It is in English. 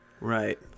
Right